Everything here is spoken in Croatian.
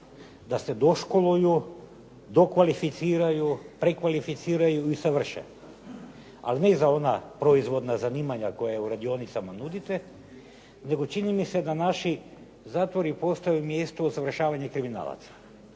da se doškoluju, dokvalificiraju, prekvalificiraju i usavrše. Ali ne za ona proizvodna zanimanja koja u radionicama nudite, nego čini mi se da naši zatvori postaju mjesto usavršavanja kriminalaca,